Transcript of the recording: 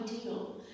ideal